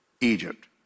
Egypt